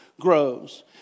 grows